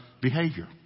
behavior